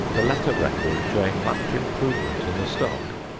the later record showing much improvement in the stock.